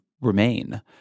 Remain